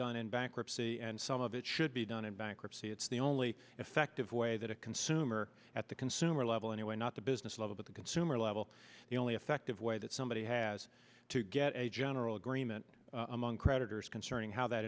done in bankruptcy and some of it should be done in bankruptcy it's the only effective way that a consumer at the consumer level anyway not the business level but the consumer level the only effective way that somebody has to get a general agreement among creditors concerning how that